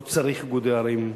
לא צריך איגודי ערים,